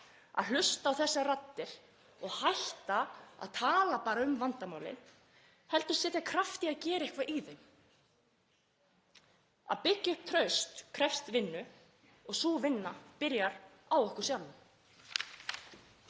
að hlusta á þessar raddir og hætta að tala bara um vandamálin heldur setja kraft í að gera eitthvað í þeim. Að byggja upp traust krefst vinnu og sú vinna byrjar hjá okkur sjálfum.